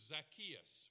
Zacchaeus